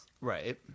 Right